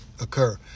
occur